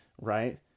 right